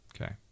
Okay